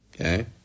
okay